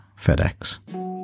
FedEx